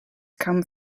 come